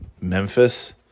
Memphis